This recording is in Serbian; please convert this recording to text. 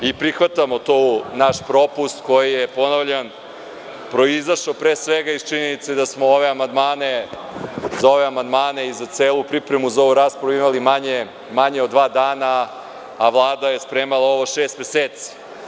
Prihvatamo taj naš propust koji je, ponavljam, proizašao pre svega iz činjenice da smo za ove amandmane i za celu pripremu za ovu raspravu imali manje od dva dana, a Vlada je spremala ovo šest meseci.